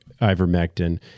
ivermectin